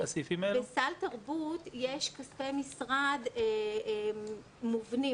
בסל תרבות יש כספי משרד מובנים,